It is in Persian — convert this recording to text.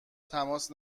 تماس